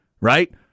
right